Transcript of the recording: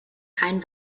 kein